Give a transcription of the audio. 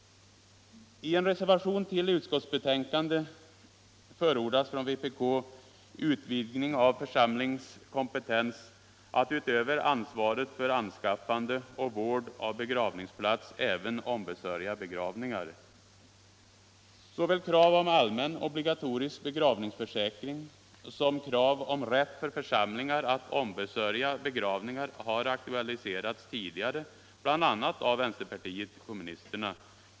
I en reservation till utskottsbetänkandet förordar vpk utvidgning av församlings kompetens att utöver ansvaret för anskaffande och vård av begravningsplats även ombesörja begravningar. Såväl krav om allmän obligatorisk begravningsförsäkring som krav om rätt för församlingar att ombesörja begravningar har aktualiserats tidigare, bl.a. av vänsterpartiet kommunisterna.